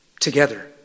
together